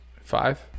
five